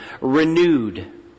renewed